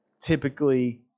typically